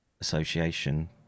Association